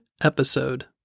episode